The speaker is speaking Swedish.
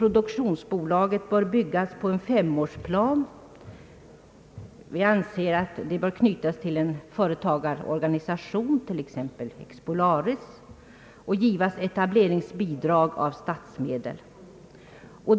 Produktionsbolaget bör byggas på en femårsplan. Vi anser att det bör knytas till en företagarorganisation, t.ex. Expolaris, och givas etableringsbidrag av statsmedel.